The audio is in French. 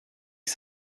que